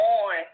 on